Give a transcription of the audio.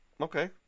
okay